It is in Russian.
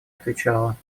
отвечала